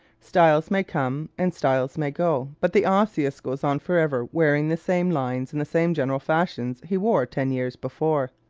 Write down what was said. styles may come and styles may go, but the osseous goes on forever wearing the same lines and the same general fashions he wore ten years before.